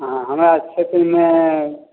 हँ हमरा क्षेत्रमे